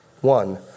one